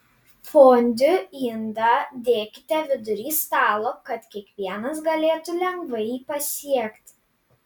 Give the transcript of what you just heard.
fondiu indą dėkite vidury stalo kad kiekvienas galėtų lengvai jį pasiekti